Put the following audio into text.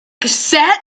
cassette